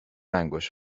انگشت